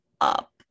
up